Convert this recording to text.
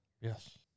Yes